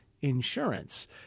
insurance